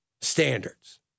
standards